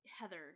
Heather